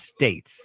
States